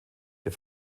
der